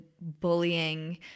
bullying